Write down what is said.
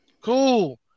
cool